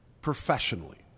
Professionally